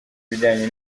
ibijyanye